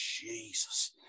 Jesus